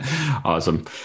Awesome